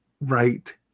right